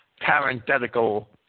parenthetical